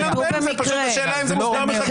זה פשוט השאלה אם זה מוסדר בחקיקה ראשית.